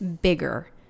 bigger